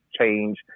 change